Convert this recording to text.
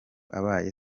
abaye